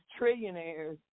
trillionaires